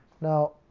Now